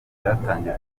byatangiye